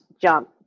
jump